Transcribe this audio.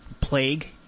plague